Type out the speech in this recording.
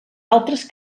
altres